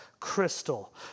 Crystal